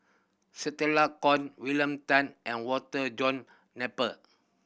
Stella Kon William Tan and Walter John Napier